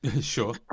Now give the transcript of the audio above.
Sure